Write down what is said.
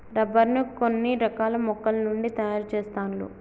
rubber ను కొన్ని రకాల మొక్కల నుండి తాయారు చెస్తాండ్లు